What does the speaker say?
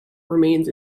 remains